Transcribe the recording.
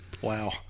wow